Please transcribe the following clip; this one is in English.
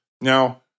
Now